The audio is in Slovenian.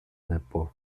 lepo